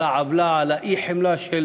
על העוולה, על היעדר החמלה של